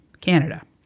Canada